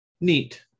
neat